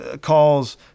calls